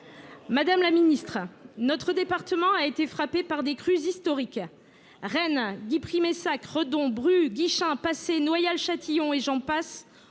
Madame la ministre, notre département a été frappé par des crues historiques : Rennes, Guipry Messac, Redon, Bruz, Guichen, Pacé, Noyal Châtillon sur Seiche